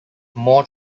more